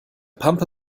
pampe